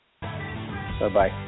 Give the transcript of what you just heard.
Bye-bye